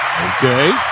Okay